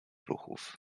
ruchów